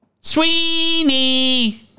Sweeney